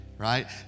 Right